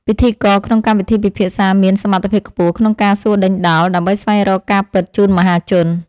ពិធីករក្នុងកម្មវិធីពិភាក្សាមានសមត្ថភាពខ្ពស់ក្នុងការសួរដេញដោល ដើម្បីស្វែងរកការពិតជូនមហាជន។